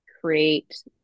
create